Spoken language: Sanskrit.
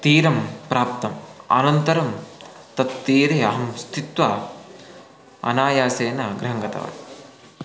तीरं प्राप्तम् अनन्तरं तत्तीरे अहं स्थित्वा अनायासेन गृहं गतवान्